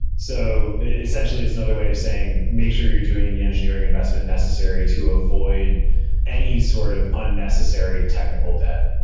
so it essentially is another way of saying, make sure you doing the engineering investment necessary to avoid any sort of unnecessary technical debt.